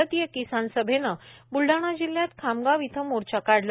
भारतीय किसान सभेनं ब्लडाणा जिल्ह्यात खामगाव इथं मोर्चा काढला